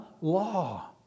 law